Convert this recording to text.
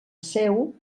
seu